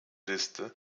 liste